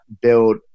build